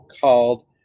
called